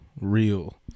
Real